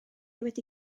wedi